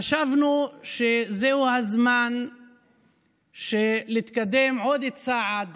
חשבנו שזה הזמן להתקדם עוד צעד